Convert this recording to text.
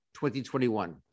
2021